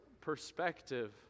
perspective